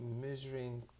Measuring